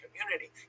community